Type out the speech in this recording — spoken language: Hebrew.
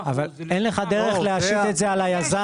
אבל אין לך דרך להשית את זה על היזם.